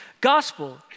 gospel